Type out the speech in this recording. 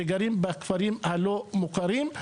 שגרים בכפרים הלא מוכרים.